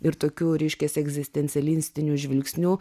ir tokių reiškias egzistencialinstiniu žvilgsniu